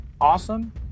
awesome